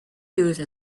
used